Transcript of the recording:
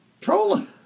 Trolling